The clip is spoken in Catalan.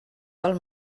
pel